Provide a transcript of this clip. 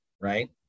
Right